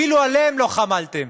אפילו עליהם לא חמלתם,